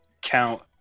count